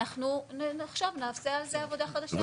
אנחנו נחשוב, נעשה על זה עבודה חדשה.